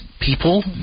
people